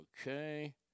okay